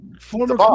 former